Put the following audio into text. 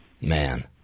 Man